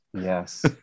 Yes